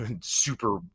super